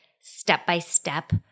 step-by-step